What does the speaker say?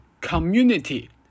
community